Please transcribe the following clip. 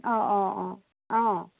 অঁ অঁ অঁ অঁ